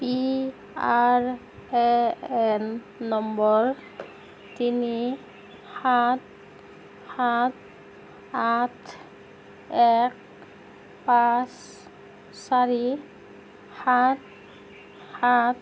P R A N নম্বৰ তিনি সাত সাত আঠ এক পাঁচ চাৰি সাত সাত